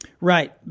Right